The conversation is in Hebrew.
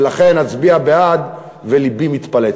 ולכן אצביע בעד ולבי מתפלץ.